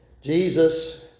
Jesus